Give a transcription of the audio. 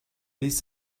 ließ